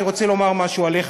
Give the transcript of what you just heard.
אני רוצה לומר משהו עליך,